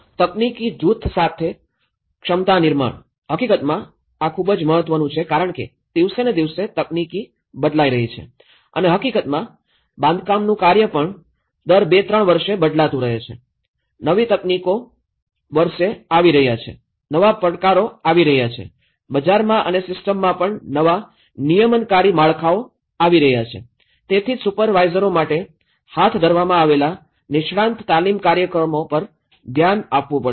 તકનીકી જૂથ માટે ક્ષમતા નિર્માણ હકીકતમાં આ ખૂબ મહત્વનું છે કારણ કે દિવસે ને દિવસે તકનીકી બદલાઈ રહી છે અને હકીકતમાં બાંધકામનું કાર્ય પણ તે દર ૨ ૩ વર્ષે બદલાતું રહે છે નવી તકનીકીના વર્ષ આવી રહ્યા છે નવા પડકારો આવી રહ્યા છે બજારમાં અને સિસ્ટમમાં પણ નવા નિયમનકારી માળખાઓ આવી રહ્યા છે તેથી જ સુપરવાઇઝરો માટે હાથ ધરવામાં આવેલા નિષ્ણાંત તાલીમ કાર્યક્રમો પર ધ્યાન આપવું પડશે